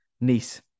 Nice